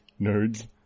nerds